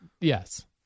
Yes